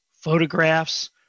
photographs